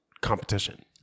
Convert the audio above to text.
competition